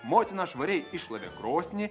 motina švariai iššlavė krosnį